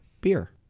beer